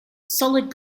solid